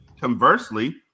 conversely